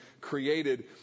created